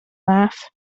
laugh